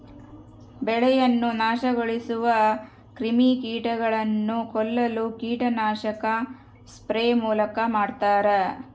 ಬೆಳೆಯನ್ನು ನಾಶಗೊಳಿಸುವ ಕ್ರಿಮಿಕೀಟಗಳನ್ನು ಕೊಲ್ಲಲು ಕೀಟನಾಶಕ ಸ್ಪ್ರೇ ಮೂಲಕ ಮಾಡ್ತಾರ